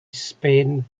spain